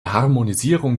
harmonisierung